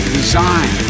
design